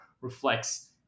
reflects